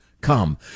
come